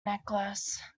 necklace